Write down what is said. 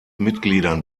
mitgliedern